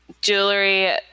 jewelry